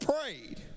prayed